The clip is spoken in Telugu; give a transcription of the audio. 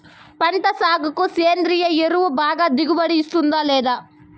పంట సాగుకు సేంద్రియ ఎరువు బాగా దిగుబడి ఇస్తుందా లేదా